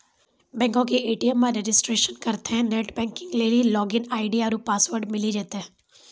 बैंको के ए.टी.एम मे रजिस्ट्रेशन करितेंह नेट बैंकिग लेली लागिन आई.डी आरु पासवर्ड मिली जैतै